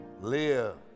live